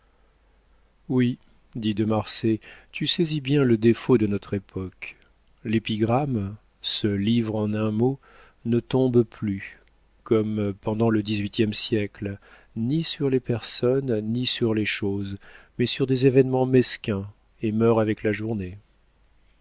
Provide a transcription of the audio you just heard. oui dit de marsay tu saisis bien le défaut de notre époque l'épigramme ce livre en un mot ne tombe plus comme pendant le dix-huitième siècle ni sur les personnes ni sur les choses mais sur des événements mesquins et meurt avec la journée